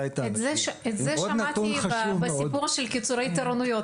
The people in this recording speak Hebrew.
את זה שמעתי בסיפור של קיצורי תורנויות.